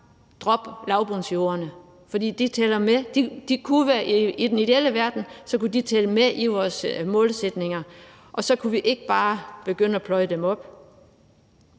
droppe lavbundsjorderne, for de tæller med. I en ideel verden kunne de tælle med i vores målsætninger, og så kunne vi ikke bare begynde at pløje dem op.